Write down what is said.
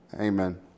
amen